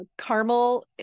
caramel